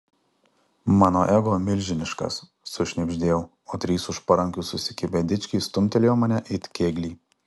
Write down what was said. mano ego milžiniškas sušnibždėjau o trys už parankių susikibę dičkiai stumtelėjo mane it kėglį